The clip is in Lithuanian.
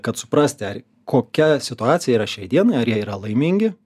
kad suprasti ar kokia situacija yra šiai dienai ar jie yra laimingi